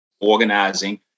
organizing